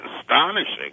astonishing